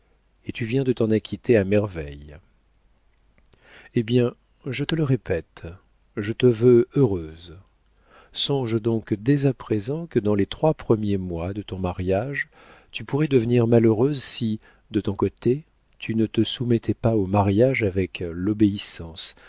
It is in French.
et tu viens de t'en acquitter à merveille eh bien je te le répète je te veux heureuse songe donc dès à présent que dans les trois premiers mois de ton mariage tu pourrais devenir malheureuse si de ton côté tu ne te soumettais pas au mariage avec l'obéissance